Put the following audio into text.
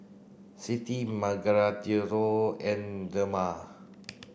Clytie Margarito and Dema